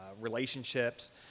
relationships